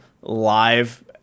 live